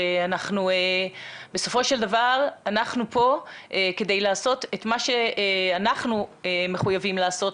שאנחנו בסופו של דבר פה כדי לעשות את מה שאנחנו מחויבים לעשות,